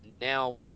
Now